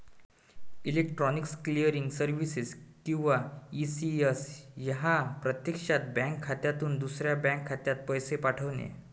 electronic clearing services किंवा ECS हा प्रत्यक्षात बँक खात्यातून दुसऱ्या बँक खात्यात पैसे पाठवणे